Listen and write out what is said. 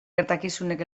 gertakizunek